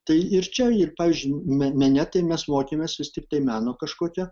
tai ir čia ir pavyzdžiui mene tai mes mokėmės vis tiktai meno kažkokia